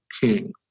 king